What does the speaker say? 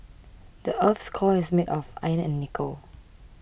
the earth's core is made of iron and nickel